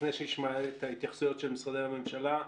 לפני שנשמע את התייחסויות של משרדי הממשלה,